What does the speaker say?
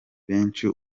benshi